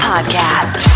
Podcast